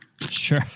Sure